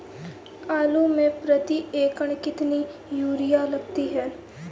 आलू में प्रति एकण कितनी यूरिया लगती है?